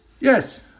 Yes